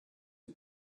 who